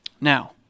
Now